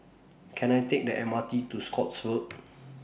Can I Take The M R T to Scotts Road